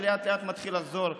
שלאט-לאט מתחיל לחזור,